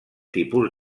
tipus